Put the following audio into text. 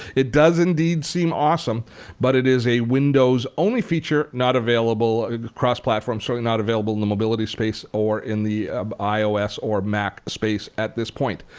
it does indeed seem awesome but it is a windows-only feature, not available across platforms so not available in the mobility space or in the ios or mac space at this point.